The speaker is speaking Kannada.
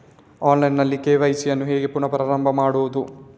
ಆನ್ಲೈನ್ ನಲ್ಲಿ ಕೆ.ವೈ.ಸಿ ಯನ್ನು ಹೇಗೆ ಪುನಃ ಪ್ರಾರಂಭ ಮಾಡುವುದು?